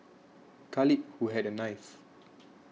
Khalid who had a knife